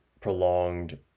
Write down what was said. prolonged